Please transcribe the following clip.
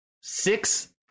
six